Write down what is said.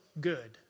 good